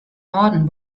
norden